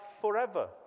forever